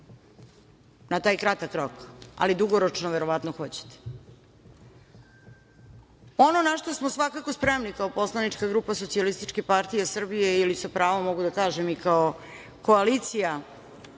na taj kratak rok, ali dugoročno verovatno hoćete. Ono na šta smo svakako spremni, kao poslanička grupa SPS, ili sa pravom mogu da kažem i kao koalicija